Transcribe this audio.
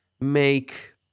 make